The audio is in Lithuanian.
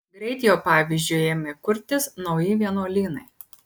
greit jo pavyzdžiu ėmė kurtis nauji vienuolynai